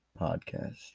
podcast